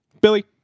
Billy